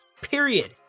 period